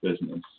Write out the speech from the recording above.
business